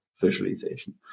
visualization